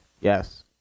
Yes